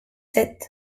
sept